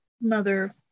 mother